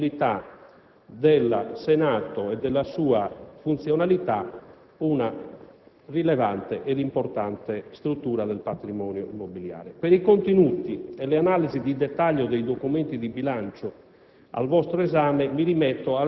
restituire alla disponibilità del Senato e della sua funzionalità una rilevante ed importante struttura del patrimonio immobiliare. Per i contenuti e le analisi di dettaglio dei documenti di bilancio